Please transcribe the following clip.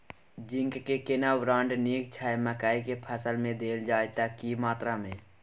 Zinc के केना brand नीक छैय मकई के फसल में देल जाए त की मात्रा में?